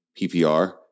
PPR